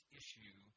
issue